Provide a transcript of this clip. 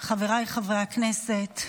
חברי הכנסת,